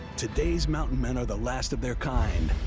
today's mountain men are the last of their kind,